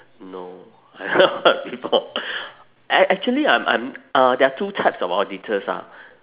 no I never heard before act~ actually I'm I'm uh there are two types of auditors ah